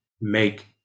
make